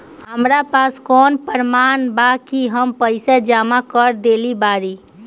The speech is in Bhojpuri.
हमरा पास कौन प्रमाण बा कि हम पईसा जमा कर देली बारी?